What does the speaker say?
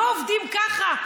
לא עובדים ככה.